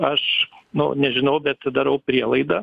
aš nu nežinau bet darau prielaidą